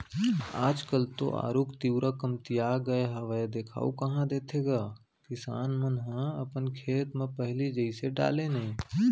आज काल तो आरूग तिंवरा कमतिया गय हावय देखाउ कहॉं देथे गा किसान मन ह अपन खेत म पहिली जइसे डाले नइ